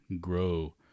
grow